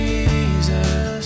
Jesus